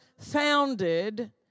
founded